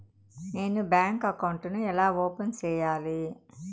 నేను bank account ను ఎలా ఓపెన్ సేయాలి?